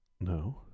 No